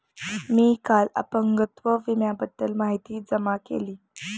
मी काल अपंगत्व विम्याबद्दल माहिती जमा केली